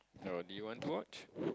no do you want to watch